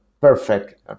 perfect